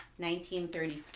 1934